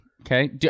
Okay